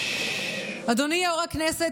אדוני יו"ר הישיבה,